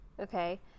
Okay